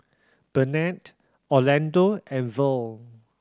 Bennett Orlando and Verl